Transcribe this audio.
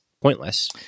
pointless